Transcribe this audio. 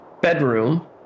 bedroom